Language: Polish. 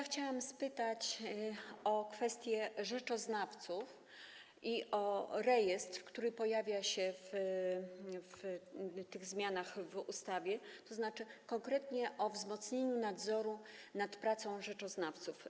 Chciałam spytać o kwestię rzeczoznawców i o rejestr, który pojawia się w zmianach w ustawie, tzn. konkretnie o wzmocnienie nadzoru nad pracą rzeczoznawców.